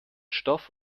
stoff